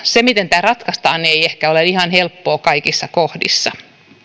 se miten tämä ratkaistaan ei ehkä ole ihan helppoa kaikissa kohdissa